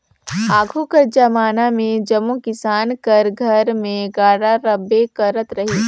आघु कर जबाना मे जम्मो किसान कर घर मन मे गाड़ा रहबे करत रहिस